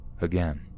again